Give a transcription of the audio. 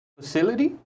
facility